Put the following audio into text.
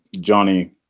Johnny